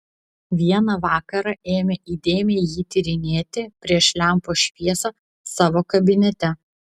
vieną vakarą ėmė įdėmiai jį tyrinėti prieš lempos šviesą savo kabinete